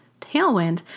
Tailwind